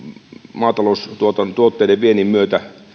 maataloustuotteiden viennin